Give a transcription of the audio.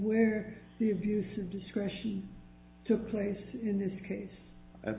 where the abuse of discretion took place in this case